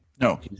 No